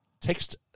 text